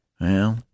Well